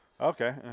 Okay